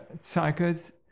cycles